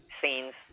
scenes